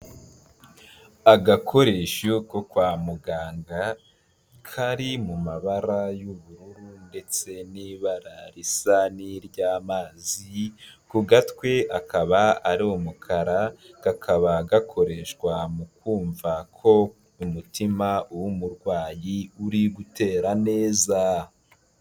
Agakoresho ko kwa muganga kari mu mu mabara y'ubururu ndetse n'ibara risa n'iry'amazi ku gatwe akaba ari umukara, kakaba gakoreshwa mu kumva ko umutima w'umurwayi uri gutera neza.